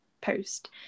Post